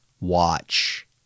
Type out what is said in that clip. Watch